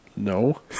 no